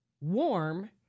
warm